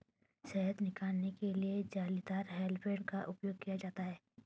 शहद निकालने के लिए जालीदार हेलमेट का उपयोग किया जाता है